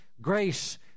grace